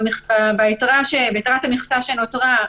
וביתרת המכסה שנותרה,